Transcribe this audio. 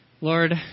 Lord